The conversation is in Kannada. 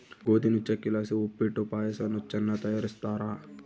ಗೋದಿ ನುಚ್ಚಕ್ಕಿಲಾಸಿ ಉಪ್ಪಿಟ್ಟು ಪಾಯಸ ನುಚ್ಚನ್ನ ತಯಾರಿಸ್ತಾರ